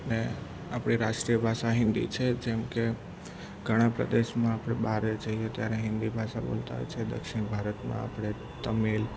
ને આપણી રાષ્ટ્રીય ભાષા હિન્દી છે જેમ કે ઘણા પ્રદેશમાં આપણે બારે જઈએ ત્યારે હિન્દી ભાષા બોલતા હોય છે દક્ષિણ ભારતમાં આપણે તમિલ